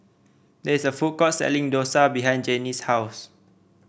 there is a food court selling dosa behind Jennie's house